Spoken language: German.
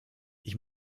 ich